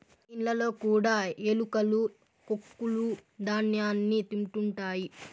ఇండ్లలో కూడా ఎలుకలు కొక్కులూ ధ్యాన్యాన్ని తింటుంటాయి